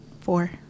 Four